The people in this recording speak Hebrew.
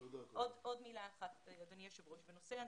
עוד מילה בנושא האנטישמיות.